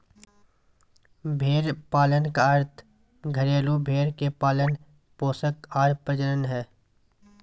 भेड़ पालन के अर्थ घरेलू भेड़ के पालन पोषण आर प्रजनन से हइ